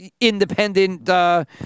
independent